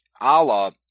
Allah